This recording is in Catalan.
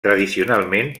tradicionalment